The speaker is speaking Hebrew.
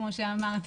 כמו שאמרת,